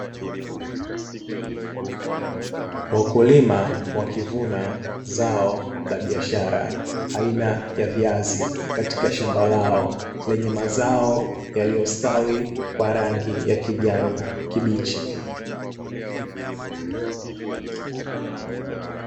Wakulima wakivuna zao la biashara aina ya viazi katika shamba lao lenye mazao yaliyostawi kwa rangi ya kijani kibichi.